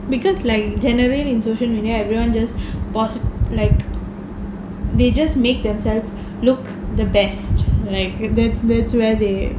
because like generally in social media everyone just post like they just make themselves look the best like that that's where they